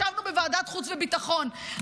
ישבנו בוועדת החוץ והביטחון,